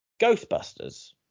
Ghostbusters